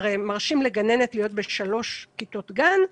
הרי מרשים לגננת להיות בשלוש כיתות גן.